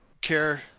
care